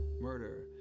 murder